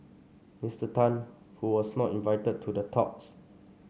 Mister Tan who was not invited to the talks